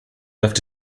left